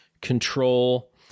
control